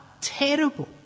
terrible